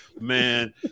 Man